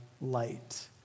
light